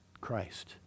Christ